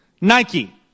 Nike